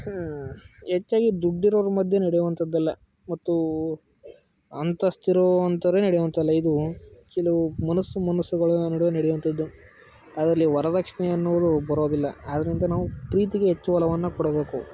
ಹೆಚ್ಚಾಗಿ ದುಡ್ಡಿರೋವ್ರ ಮಧ್ಯ ನಡೆಯುವಂಥದ್ದಲ್ಲ ಮತ್ತು ಅಂತಸ್ತಿರೋವಂಥರೆ ನಡೆಯುವಂಥಲ್ಲ ಇದು ಕೆಲವು ಮನಸ್ಸು ಮನಸ್ಸುಗಳ ನಡುವೆ ನಡೆಯುವಂಥದ್ದು ಅದರಲ್ಲಿ ವರದಕ್ಷಿಣೆ ಅನ್ನುವುದು ಬರೋದಿಲ್ಲ ಆದ್ದರಿಂದ ನಾವು ಪ್ರೀತಿಗೆ ಹೆಚ್ಚು ಒಲವನ್ನು ಕೊಡಬೇಕು